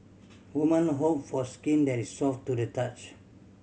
woman hope for skin that is soft to the touch